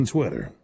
Twitter